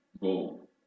go